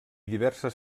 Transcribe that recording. diverses